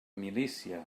milícia